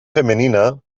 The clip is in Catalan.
femenina